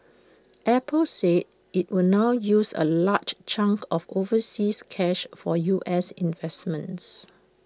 Apple said IT will now use A large chunk of overseas cash for U S investments